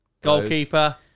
goalkeeper